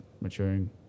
maturing